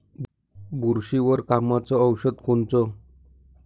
बुरशीवर कामाचं औषध कोनचं?